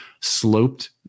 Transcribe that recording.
sloped